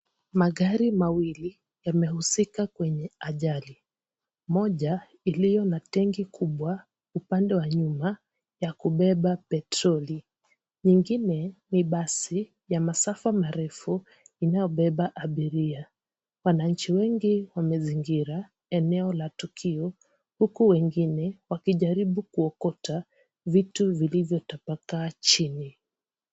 Magari mawili yamehusika kwenye ajali moja iliyo na tenki kubwa upande wa nyuma ya kubeba petroli nyingine ni basi ya masafa marefu inayobeba abiria wananchi, wengi wamezingira eneo la tukio huku wengine wakijaribu kuokota vitu vilivyotapakaa chini.